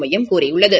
மையம் கூறியுள்ளது